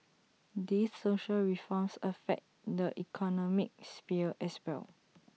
these social reforms affect the economic sphere as well